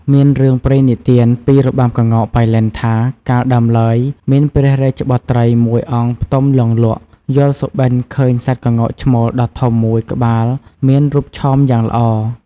មានរឿងព្រេងនិទានពីរបាំក្ងោកប៉ៃលិនថា កាលដើមឡើយ មានព្រះរាជបុត្រីមួយអង្គផ្ទំលង់លក់ យល់សុបិន្តឃើញសត្វក្ងោកឈ្មោលដ៏ធំមួយក្បាលមានរូបឆោមយ៉ាងល្អ។